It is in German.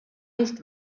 nicht